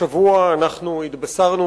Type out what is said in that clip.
השבוע התבשרנו,